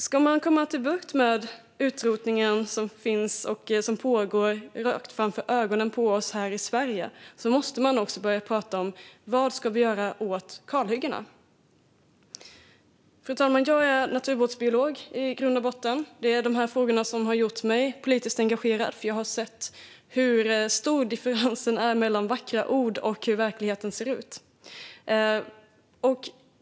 Ska man komma till rätta med den utrotning som pågår rakt framför ögonen på oss här i Sverige måste man också börja prata om vad vi ska göra åt kalhyggena. Jag är naturvårdsbiolog i grund och botten, fru talman. Det är dessa frågor som har gjort mig politiskt engagerad. Jag har sett hur stor differensen är mellan vackra ord och verkligheten.